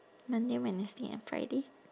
monday wednesday and friday